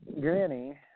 Granny